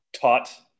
taught